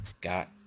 got